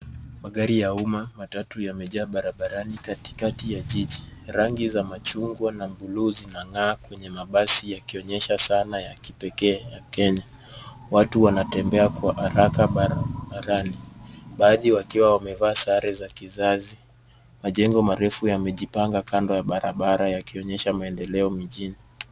Magari ya umma, matatu yamejaa barabarani katikati ya jiji. Rangi za machungwa na buluu zinang'aa kwenye mabasi yakionyesha zana ya kipekee ya Kenya. Watu wanatembea kwa haraka barabarani. Baadhi wakiwa wamevaa sare za kizazi. Majengo marefu yamejipanga kando ya barabara yakionyesha maendeleo mjini.